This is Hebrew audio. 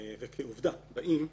וכעובדה באים.